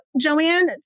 Joanne